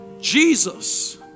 Jesus